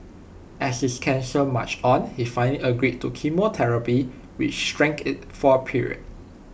as his cancer marched on he finally agreed to chemotherapy which shrank IT for A period